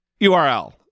URL